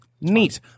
Neat